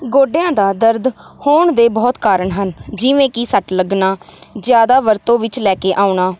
ਗੋਡਿਆਂ ਦਾ ਦਰਦ ਹੋਣ ਦੇ ਬਹੁਤ ਕਾਰਨ ਹਨ ਜਿਵੇਂ ਕਿ ਸੱਟ ਲੱਗਣਾ ਜ਼ਿਆਦਾ ਵਰਤੋਂ ਵਿੱਚ ਲੈ ਕੇ ਆਉਣਾ